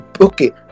okay